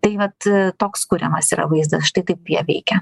tai vat toks kuriamas yra vaizdas štai kaip jie veikia